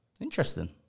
Interesting